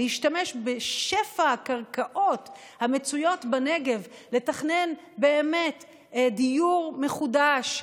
להשתמש בשפע הקרקעות המצויות בנגב לתכנן באמת דיור מחודש,